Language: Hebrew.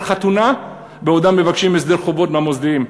חתונה בעודם מבקשים הסדר חובות מהמוסדיים.